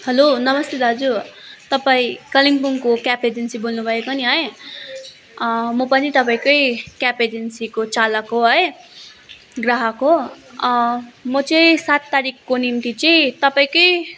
hello नमस्ते दाजु तपाईँ कालिम्पोङको क्याब एजेन्सी बोल्नुभएको नि है म पनि तपाईँकै क्याब एजेन्सीको चालक हो है ग्राहक हो म चाहिँ सात तारिखको निम्ति चाहिँ तपाईँकै